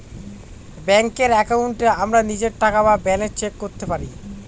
ব্যাঙ্কের একাউন্টে আমরা নিজের টাকা বা ব্যালান্স চেক করতে পারি